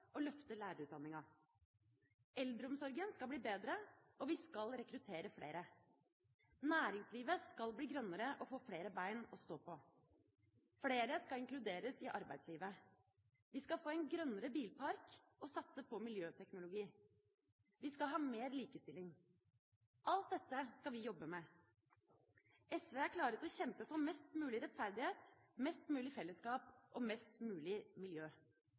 og løfte lærerutdanninga. Eldreomsorgen skal bli bedre, og vi skal rekruttere flere. Næringslivet skal bli grønnere og få flere bein å stå på. Flere skal inkluderes i arbeidslivet. Vi skal få en grønnere bilpark og satse på miljøteknologi. Vi skal ha mer likestilling. Alt dette skal vi jobbe med. SV er klar til å kjempe for mest mulig rettferdighet, mest mulig fellesskap og mest mulig miljø.